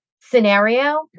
scenario